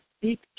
speak